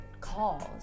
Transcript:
calls